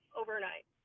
overnight